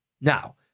Now